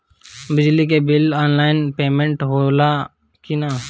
बिजली के bill online payment होला कि ना?